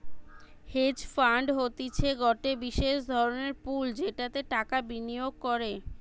hedge fund হতিছে গটে বিশেষ ধরণের পুল যেটাতে টাকা বিনিয়োগ করে